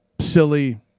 silly